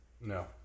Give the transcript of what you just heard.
No